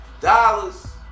Dollars